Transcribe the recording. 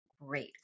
great